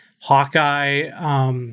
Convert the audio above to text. Hawkeye